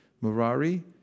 Murari